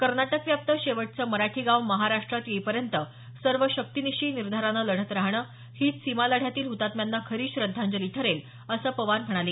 कर्नाटकव्याप्त शेवटचं मराठी गाव महाराष्ट्रात येईपर्यंत सर्वशक्तीनिशी निर्धाराने लढत राहणं हीच सीमालढ्यातील ह्तात्म्यांना खरी श्रद्धांजली ठरेल असं पवार म्हणाले